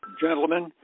gentlemen